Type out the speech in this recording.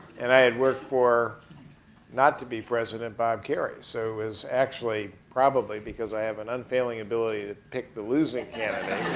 and i and worked for not to be president, bob kerry, so actually probably because i have an unfailing ability to pick the losing candidate.